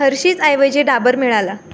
Hershey's ऐवजी डाबर मिळाला